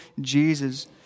Jesus